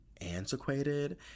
antiquated